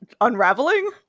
unraveling